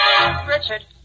Richard